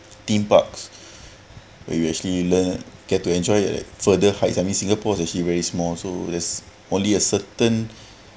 theme parks where you actually learn get to enjoy like further heights I mean singapore is actually very small so there's only a certain